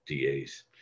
DAs